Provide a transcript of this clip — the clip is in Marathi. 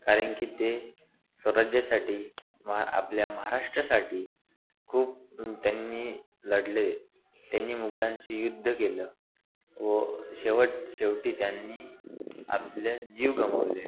कारण की ते स्वराज्यासाठी महा आपल्या महाराष्ट्रासाठी खूप त्यांनी लढले त्यांनी मोंगलांशी युद्ध केलं व शेवट शेवटी त्यांनी आपला जीव गमवले